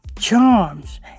charms